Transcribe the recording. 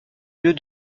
lieux